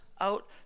out